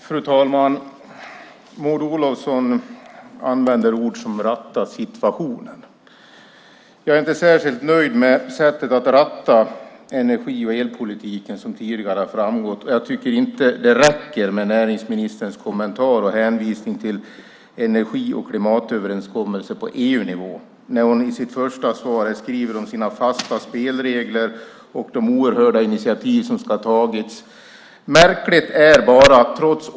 Fru talman! Maud Olofsson använder ord som "ratta situationen". Som tidigare har framgått är jag inte särskilt nöjd med sättet att ratta energi och elpolitiken. Jag tycker inte att det räcker med näringsministerns kommentar och hänvisning till energi och klimatöverenskommelse på EU-nivå, när hon i sitt första svar skriver om sina fasta spelregler och de oerhörda initiativ som ska ha tagits.